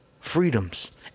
freedoms